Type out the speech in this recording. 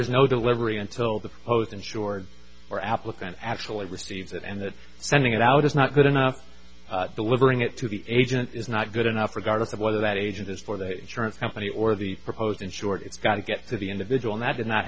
is no delivery until the hose insured or applicant actually receives it and sending it out is not good enough delivering it to the agent is not good enough regardless of whether that agent is for the insurance company or the proposed in short it's got to get to the individual that